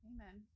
Amen